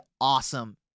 awesome